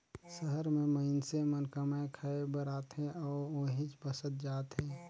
सहर में मईनसे मन कमाए खाये बर आथे अउ उहींच बसत जात हें